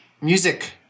music